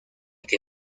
que